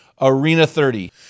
ARENA30